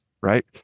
right